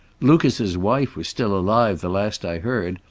lucas's wife was still alive, the last i heard,